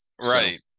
right